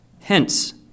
Hence